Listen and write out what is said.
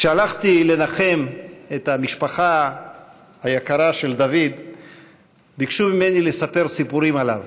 כשהלכתי לנחם את המשפחה היקרה של דוד ביקשו ממני לספר סיפורים עליו,